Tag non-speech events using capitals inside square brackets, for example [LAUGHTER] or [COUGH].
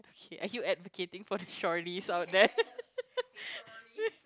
okay are you advocating for the shorties out there [LAUGHS]